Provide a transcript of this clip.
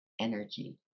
energy